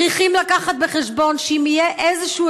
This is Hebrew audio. צריכים לקחת בחשבון שאם יהיה איזשהו